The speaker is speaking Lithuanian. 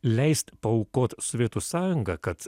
leist paaukot sovietų sąjungą kad